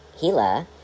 gila